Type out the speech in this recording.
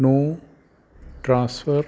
ਨੂੰ ਟ੍ਰਾਂਸਫਰ